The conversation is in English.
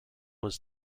was